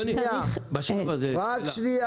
כן.